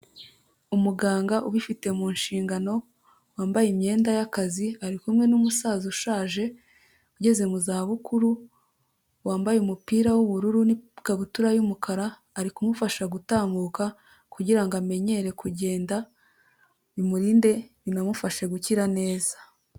Umuganga ubifite mu nshingano wambaye imyenda y'akazi, ari kumwe n'umusaza ushaje ugeze mu zabukuru wambaye umupira w'ubururu n'ikabutura y'umukara, ari kumufasha gutambuka kugira ngo amenyere kugenda, bimurinde binamufashe gukira neza.